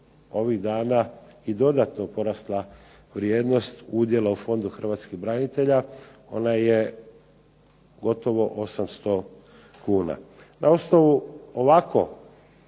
ovih dana i dodatno porasla vrijednost udjela u Fondu hrvatskih branitelja, ona je gotovo 800 kuna. Na osnovu ovako